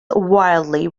wildly